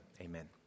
amen